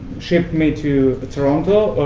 shipped me to toronto,